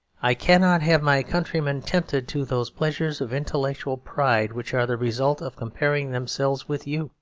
i cannot have my countrymen tempted to those pleasures of intellectual pride which are the result of comparing themselves with you.